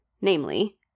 namely